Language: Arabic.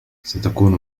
ستكون